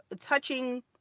touching